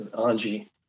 Angie